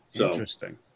Interesting